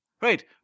Right